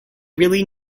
really